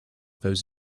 those